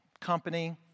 company